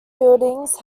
buildings